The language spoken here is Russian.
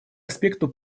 аспекту